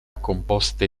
composte